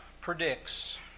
predicts